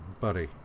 buddy